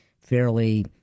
fairly